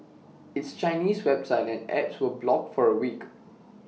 its Chinese website and apps were blocked for A week